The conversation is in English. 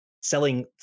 selling